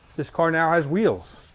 this car now has wheels.